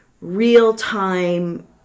real-time